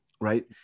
right